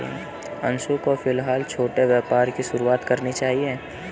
अंशु को फिलहाल छोटे व्यापार की शुरुआत करनी चाहिए